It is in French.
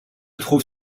trouve